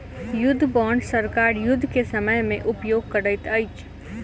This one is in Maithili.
युद्ध बांड सरकार युद्ध के समय में उपयोग करैत अछि